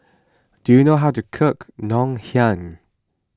do you know how to cook Ngoh Hiang